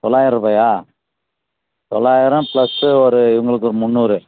தொள்ளாயரூபாயா தொள்ளாயிரம் ப்ளஸ்ஸு ஒரு இவங்களுக்கு ஒரு முந்நூறு